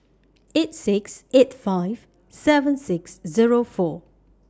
eight six eight five seven six Zero four